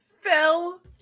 Phil